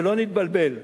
שלא נתבלבל,